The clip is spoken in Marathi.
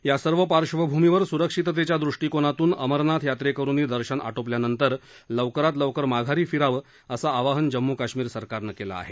या सर्व पार्श्वभूमीवर सुरक्षिततेच्या दृष्टीकोनातून अमरनाथ यात्रेकरूंनी दर्शन आटोपल्यानंतर लवकरात लवकर माघारी फिरावं असं आवाहन जम्मू काश्मीर सरकारनं केलं आहे